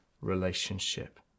relationship